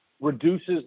reduces